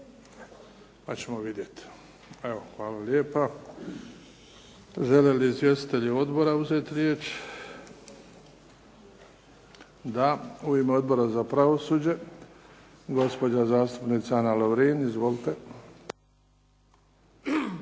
pa ćemo vidjeti. Evo, hvala lijepa. Žele li izvjestitelji odbora uzeti riječ? Da. U ime Odbora za pravosuđe, gospođa zastupnica Ana Lovrin. Izvolite.